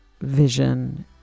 vision